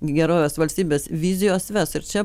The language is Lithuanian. gerovės valstybės vizijos ves ir čia